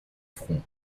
front